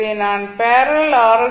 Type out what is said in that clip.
இதை தான் parallel R